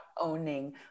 owning